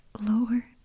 lower